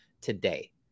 today